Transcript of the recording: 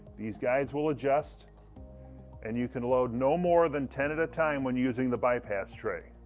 these guides will adjust and you can load no more than ten at a time when using the bypass tray.